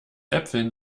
äpfeln